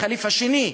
הח'ליף השני,